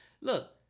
look